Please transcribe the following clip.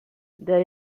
there